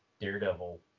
Daredevil